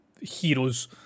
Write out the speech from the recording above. heroes